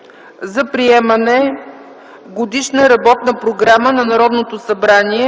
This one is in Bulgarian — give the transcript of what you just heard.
за приемане на Годишна работна програма на Народното събрание